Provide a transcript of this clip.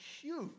huge